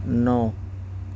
نو